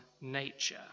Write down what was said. nature